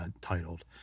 titled